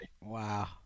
Wow